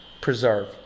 preserve